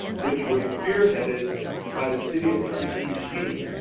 which was spear headed by the city attorney, eve sheedy.